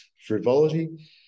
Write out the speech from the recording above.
frivolity